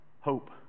hope